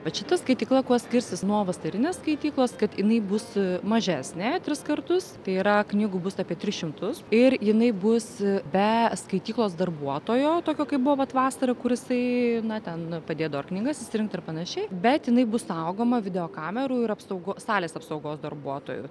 vat šita skaitykla kuo skirsis nuo vasarinės skaityklos kad jinai bus mažesnė tris kartus tai yra knygų bus apie tris šimtus ir jinai bus be skaityklos darbuotojo tokio kaip buvo vat vasarą kur jisai na ten padėdavo ar knygas išsirinkt ir panašiai bet jinai bus saugoma videokamerų ir apsaugo salės apsaugos darbuotojų